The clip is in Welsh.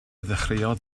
ddechreuodd